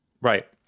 right